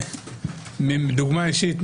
דוגמה אישית,